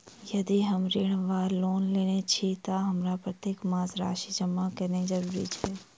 यदि हम ऋण वा लोन लेने छी तऽ हमरा प्रत्येक मास राशि जमा केनैय जरूरी छै?